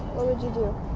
would you do?